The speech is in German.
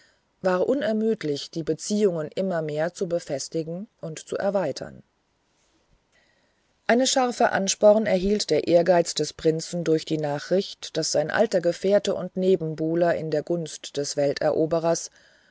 war unermüdlich die beziehungen immer mehr zu befestigen und zu erweitern eine scharfe anspornung erhielt der ehrgeiz des prinzen durch die nachricht daß sein alter gefährte und nebenbuhler in der gunst des